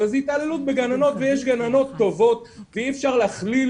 אבל זה התעללות בגננות ויש גננות טובות כי אי אפשר להכליל